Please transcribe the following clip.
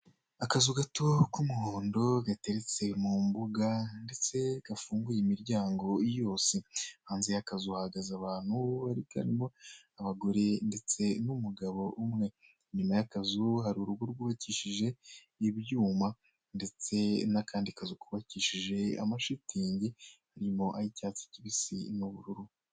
Akazu gato k'umuhondo gateretse mu mbuga ndetse gafunguye imiryango yose, hanze y'akazu hahagaze abantu karimo abagore ndetse n'umugabo umwe, inyuma y'akazu hari urugo rwubakishije ibyuma ndetse n'akandi kazu kubakishije amashitingi arimo ay'icyatsi kibisi n'ubururu.